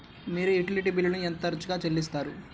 మీరు యుటిలిటీ బిల్లులను ఎంత తరచుగా చెల్లిస్తారు?